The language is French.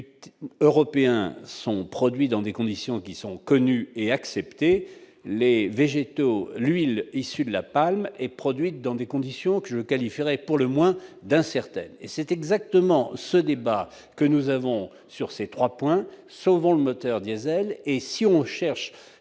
du traité européen son sont produit dans des conditions qui sont connues et acceptées les végétaux, lui, l'issue de la palme est produite dans des conditions que je qualifierais pour le moins d'incertaines et c'est exactement ce débat que nous avons sur ces 3 points, sauvons le moteur diésel